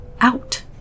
out